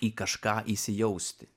į kažką įsijausti